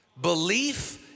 belief